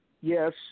yes